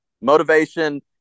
Motivation